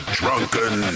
drunken